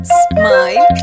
smile